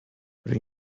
rydw